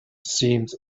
seemed